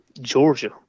Georgia